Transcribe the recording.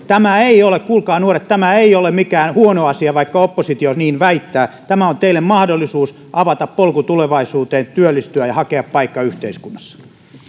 tämä ei ole kuulkaa nuoret mikään huono asia vaikka oppositio niin väittää tämä on teille mahdollisuus avata polku tulevaisuuteen työllistyä ja hakea paikka yhteiskunnassa